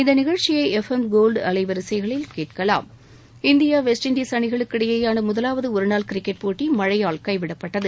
இந்த நிகழ்ச்சியை FM gold அலைவரிசைகளில் கேட்கலாம் இந்தியா வெஸ்ட்இண்டீஸ் அணிகளுக்கு இடையிலான முதலாவது ஒருநாள் கிரிக்கெட் போட்டி மழையால் கைவிடப்பட்டது